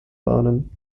bahnen